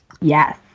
yes